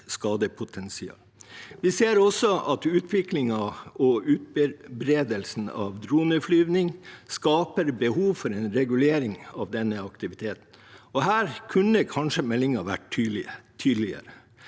Vi ser også at utviklingen og utbredelsen av droneflyvning skaper behov for en regulering av denne aktiviteten. Her kunne kanskje meldingen vært tydeligere.